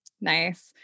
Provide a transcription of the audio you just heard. Nice